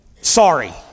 sorry